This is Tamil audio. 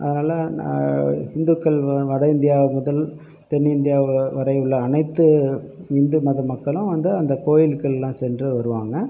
அதனால் இந்துக்கள் வட இந்தியா முதல் தென்னிந்தியா வரை உள்ள அனைத்து இந்து மத மக்களும் வந்து அந்த கோயிலுக்கெலாம் சென்று வருவாங்க